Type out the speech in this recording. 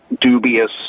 dubious